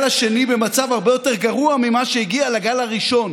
השני במצב הרבה יותר גרוע מלגל הראשון.